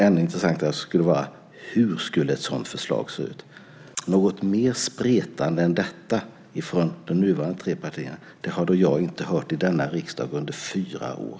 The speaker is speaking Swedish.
Ännu intressantare skulle vara att få veta hur ett sådant förslag skulle se ut. Något mer spretande än detta från dessa partier har då jag inte hört i denna riksdag under fyra år.